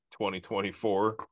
2024